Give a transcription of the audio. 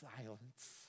silence